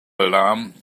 alarm